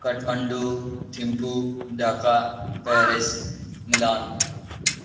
Kathmandu Thimphu Dhaka Paris Milan